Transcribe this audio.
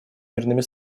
мирными